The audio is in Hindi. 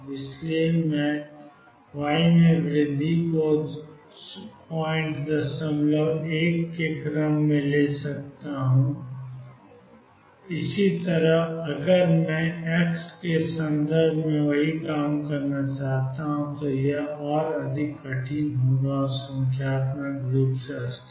इसलिए मैं y में वृद्धि को 01 के क्रम में ले सकता हूं और इसी तरह अगर मैं x के संदर्भ में वही काम करना चाहता हूं तो यह और अधिक कठिन होगा और संख्यात्मक रूप से अस्थिर